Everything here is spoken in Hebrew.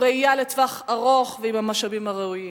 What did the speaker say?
עם ראייה לטווח ארוך ועם המשאבים הראויים.